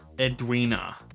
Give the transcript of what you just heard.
Edwina